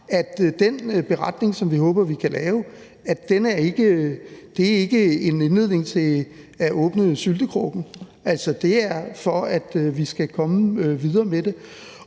den beretning, som vi håber vi kan lave, ikke er en anledning til at åbne syltekrukken. Det er, for at vi skal komme videre med det.